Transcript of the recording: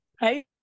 Hey